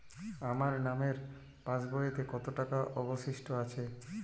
আমার নামের পাসবইতে কত টাকা অবশিষ্ট আছে?